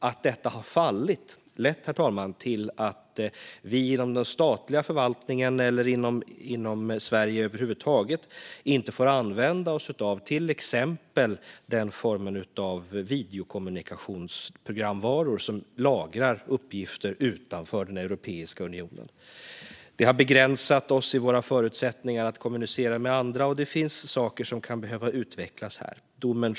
Att detta har fallit, herr talman, har lett till att vi inom den statliga förvaltningen eller i Sverige över huvud taget inte får använda oss av till exempel den form av videokommunikationsprogramvaror som lagrar uppgifter utanför Europeiska unionen. Detta har begränsat våra förutsättningar att kommunicera med andra, och det finns saker som kan behöva utvecklas här.